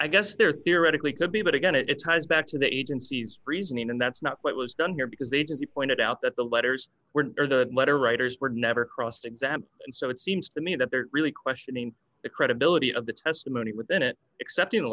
i guess there theoretically could be but again it's ties back to the agency's reasoning and that's not what was done here because they just pointed out that the letters were or the letter writers were never cross exam and so it seems to me that they're really questioning the credibility of the testimony within it except in